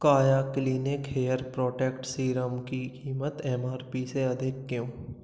काया clinic hair protect serum की क़ीमत एम आर पी से अधिक क्यों